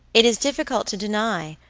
it is difficult to deny,